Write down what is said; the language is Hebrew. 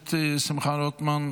הכנסת שמחה רוטמן,